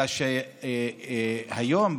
אלא שהיום,